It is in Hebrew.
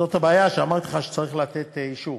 זאת הבעיה, שאמרתי לך שצריך לתת אישור.